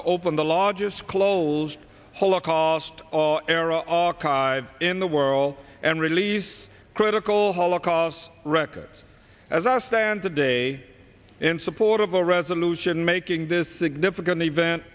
to open the largest closed holocaust era archive in the world and release critical holocaust records as i stand today in support of a resolution making this significant event